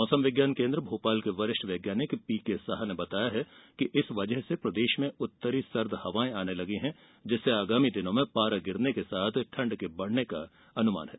मौसम विज्ञान केन्द्र भोपाल के वरिष्ठ वैज्ञानिक पीके साहा ने बताया है कि इस वजह से प्रदेश में उत्तरी सर्द हवाए आने लगी है जिससे आगामी दिनों में पारा गिरने के साथ ठंड के बढ़ने का अनुमान है